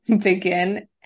begin